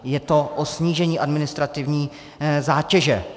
Je to o snížení administrativní zátěže.